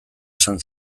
esan